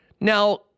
Now